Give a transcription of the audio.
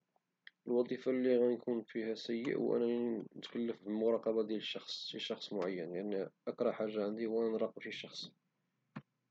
الوظيفة اللي غادي نكون فيها سيئ هو نتكلف بالمراقبة ديال الشخص شي شخص معين يعني اكره حاجة عندي هي انني نراقب شي شخص